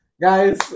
guys